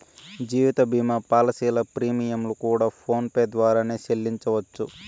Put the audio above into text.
జీవిత భీమా పాలసీల ప్రీమియంలు కూడా ఫోన్ పే ద్వారానే సెల్లించవచ్చు